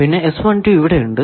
പിന്നെ ഇവിടെ ഉണ്ട്